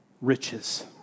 riches